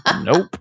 Nope